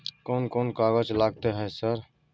कोन कौन कागज लगतै है सर?